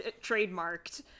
Trademarked